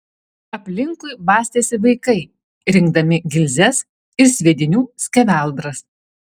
aplinkui bastėsi vaikai rinkdami gilzes ir sviedinių skeveldras